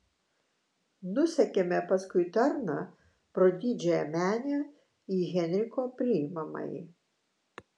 nusekėme paskui tarną pro didžiąją menę į henriko priimamąjį